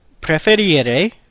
preferire